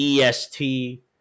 EST